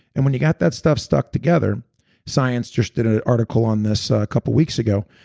and when you got that stuff stuck together science just did an article on this a couple weeks ago,